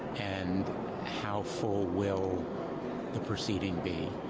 and how full will the proceeding be.